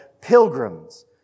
pilgrims